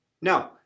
No